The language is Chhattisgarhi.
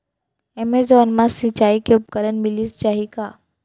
एमेजॉन मा सिंचाई के उपकरण मिलिस जाही का?